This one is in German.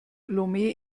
lomé